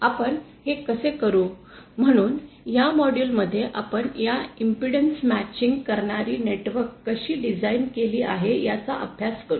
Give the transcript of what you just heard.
आपण हे कसे करू म्हणून या मॉड्यूल मध्ये आपण या इम्पेडन्स मॅचिंग करणारी नेटवर्क कशी डिझाइन केली आहे याचा अभ्यास करू